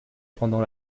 pendant